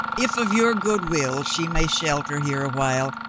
if of your good will she may shelter here a while,